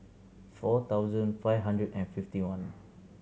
four thousand five hundred and fifty one